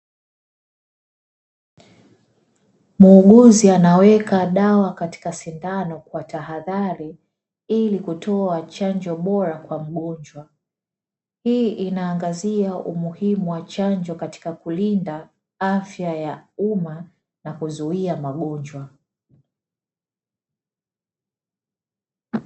Muuguzi anaweka dawa katika sindano kwa tahadhari ili kutoa chanjo bora kwa mgonjwa. Hii inaangazia umuhimu wa chanjo katika kulinda afya ya umma na kuzuia magonjwa.